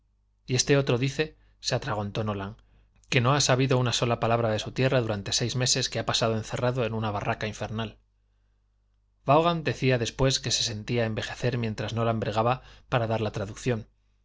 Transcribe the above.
y este otro dice se atragantó nolan que no ha sabido una sola palabra de su tierra durante seis meses que ha pasado encerrado en una barraca infernal vaughan decía después que se sentía envejecer mientras nolan bregaba para dar la traducción